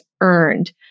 earned